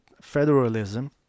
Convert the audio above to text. federalism